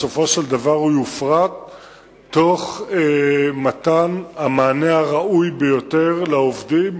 בסופו של דבר הוא יופרט תוך מתן המענה הראוי ביותר לעובדים.